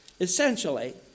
essentially